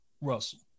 Russell